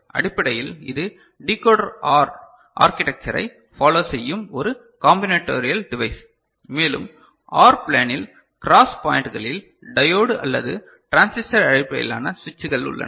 அடிப்படையில் இது decoder OR ஆர்கிடேக்ச்சரை ஃபாலோ செய்யும் ஒரு காம்பிநேடோரியல் டிவைஸ் மேலும் OR ப்ளேனில் க்ராஸ் பாய்ன்ட்களில் டையோடு அல்லது டிரான்சிஸ்டர் அடிப்படையிலான சுவிட்சுகள் உள்ளன